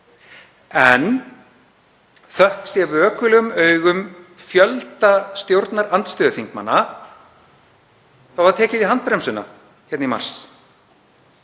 En þökk sé vökulum augum fjölda stjórnarandstöðuþingmanna var tekið í handbremsuna hérna í mars